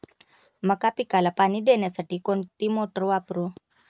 मका पिकाला पाणी देण्यासाठी कोणती मोटार वापरू?